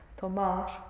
tomar